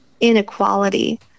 Inequality